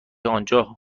آنجا